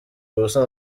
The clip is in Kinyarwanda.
ubusa